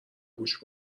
گوشت